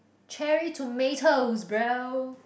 cherry tomatoes bro